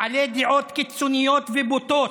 בעלי דעות קיצוניות ובוטות,